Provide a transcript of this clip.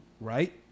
right